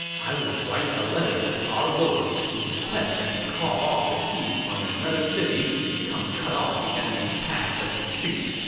i will write a letter to our lord to request that he call off the siege on another city to come cut off the enemy's path of retreat.